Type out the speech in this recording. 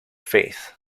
faith